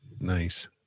Nice